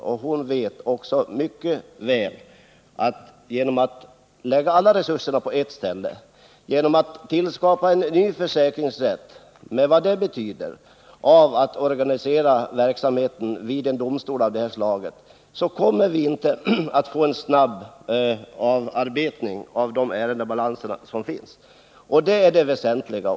Hon vet mycket väl att vi inte får någon snabbare avarbetning av våra ärendebalanser genom att satsa alla resurser på ett ställe, genom att skapa en ny försäkringsrätt med allt vad det innebär när det gäller organisation av verksamheten vid en domstol av det här slaget. Det är det väsentliga.